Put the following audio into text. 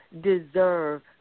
deserve